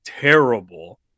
terrible